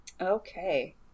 okay